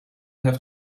have